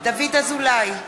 דוד אזולאי,